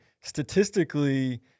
statistically